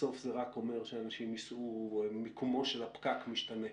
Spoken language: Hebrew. בסוף זה רק אומר שמיקומו של הפקק משנה.